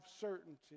certainty